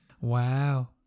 Wow